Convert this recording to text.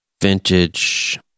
vintage